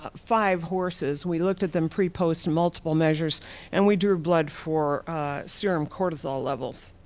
ah five horses. we looked at them pre, post multiple measures and we drew blood for serum cortisol levels.